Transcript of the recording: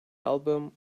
album